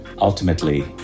Ultimately